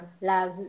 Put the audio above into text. love